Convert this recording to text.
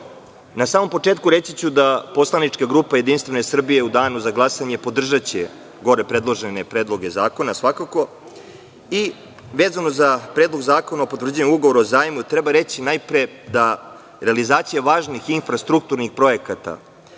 samom početku reći ću da poslanička grupa JS u danu za glasanje podržava gore predložene predloge zakona, svakako, i vezano za Predlog zakona o potvrđivanju Ugovora o zajmu treba reći najpre da realizacija važnih infrastrukturnih projekata